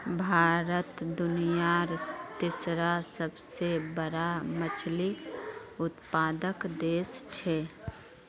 भारत दुनियार तीसरा सबसे बड़ा मछली उत्पादक देश छे